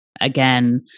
again